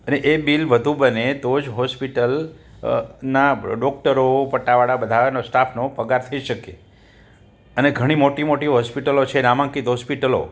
અને એ બિલ વધુ બને તો જ હોસ્પિટલ ડોક્ટરો પટાવાળા બધા એનો સ્ટાફનો પગાર થઈ શકે અને ઘણી મોટી મોટી હોસ્પિટલો છે નામાંકિત હોસ્પિટલો